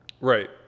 Right